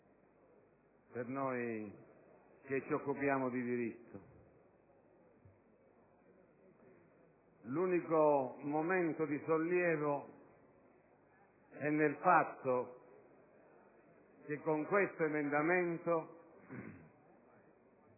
per noi che ci occupiamo di diritto. L'unico momento di sollievo è nel fatto che con questo emendamento